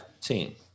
team